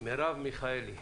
מרב מיכאלי.